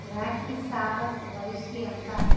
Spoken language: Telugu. రాఖీ సావంత్ వయస్సు ఎంత